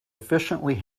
efficiently